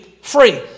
free